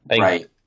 Right